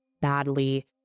badly